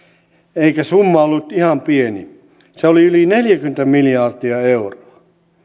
eikä summa ollut ihan pieni se oli yli neljäkymmentä miljardia euroa